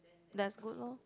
that's good lor